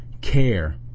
care